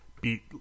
beat